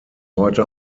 heute